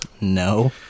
No